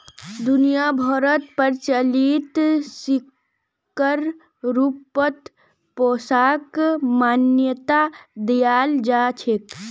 दुनिया भरोत प्रचलित सिक्कर रूपत पैसाक मान्यता दयाल जा छेक